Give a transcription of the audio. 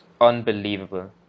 unbelievable